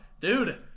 Dude